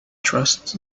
trust